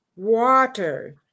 Water